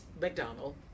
McDonald